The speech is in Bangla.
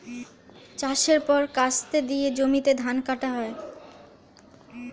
চাষের পর কাস্তে দিয়ে জমিতে ধান কাটা হয়